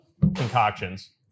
concoctions